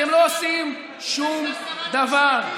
אתם לא עושים שום דבר.